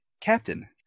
captain